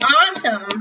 awesome